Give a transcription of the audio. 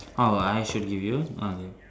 oh I should give you okay